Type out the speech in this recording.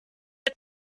der